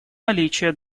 наличие